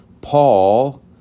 Paul